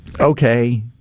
Okay